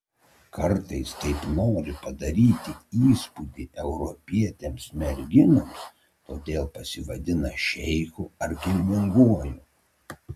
kartais taip nori padaryti įspūdį europietėms merginoms todėl pasivadina šeichu ar kilminguoju